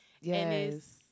yes